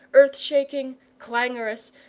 earth-shaking, clangorous,